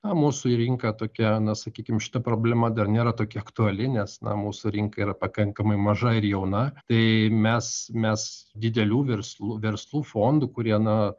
na mūsų rinka tokia na sakykim šita problema dar nėra tokia aktuali nes na mūsų rinka yra pakankamai maža ir jauna tai mes mes didelių verslų verslų fondų kurie na